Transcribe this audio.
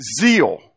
zeal